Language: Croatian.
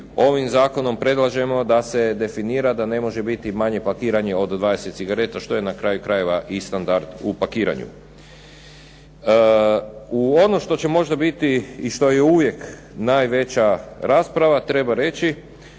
ovim zakonom predlažemo da se definira da ne može biti manje pakiranje od 20 cigareta, što je na kraju krajeva i standard u pakiranju. U ono što će možda biti i što je uvijek najveća rasprava, treba reći